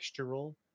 textural